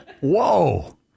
Whoa